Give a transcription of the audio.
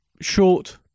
short